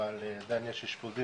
אבל עדיין יש אשפוזים,